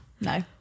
no